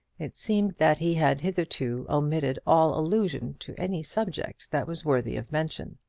it seemed that he had hitherto omitted all allusion to any subject that was worthy of mention.